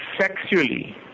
sexually